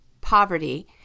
poverty